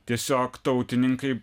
tiesiog tautininkai